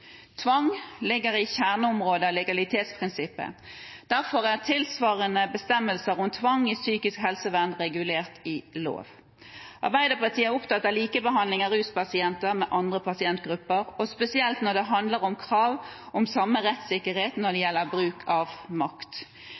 Tvang ligger i kjerneområdet til legalitetsprinsippet. Derfor er tilsvarende bestemmelser om tvang i psykisk helsevern regulert i lov. Arbeiderpartiet er opptatt av likebehandling av ruspasienter med andre pasientgrupper, spesielt når det handler om krav om samme rettsikkerhet når det gjelder bruk av makt.